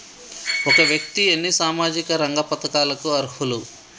ఒక వ్యక్తి ఎన్ని సామాజిక రంగ పథకాలకు అర్హులు?